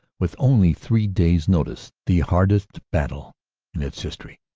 with only three days' notice, the hardest battle in its history.